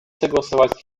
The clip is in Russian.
согласовать